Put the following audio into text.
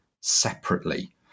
separately